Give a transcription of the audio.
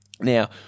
Now